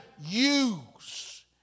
use